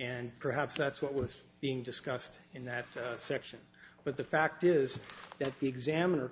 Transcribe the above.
and perhaps that's what was being discussed in that section but the fact is that the examiner